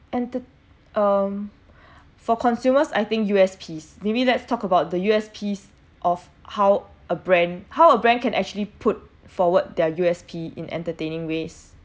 and the um for consumers I think U_S_Ps maybe let's talk about the U S Ps of how a brand how a brand can actually put forward their U S P in entertaining ways